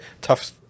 tough